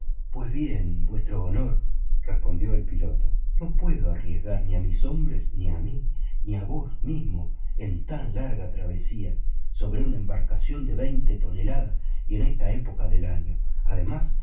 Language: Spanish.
pues bien vuestro honor respondió el piloto no puedo arriesgar ni a mis hombres ni a mí ni a vos mismo en tan larga travesía sobre una embarcación de veinte toneladas y en esta época del año además